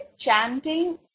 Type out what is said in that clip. chanting